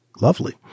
Lovely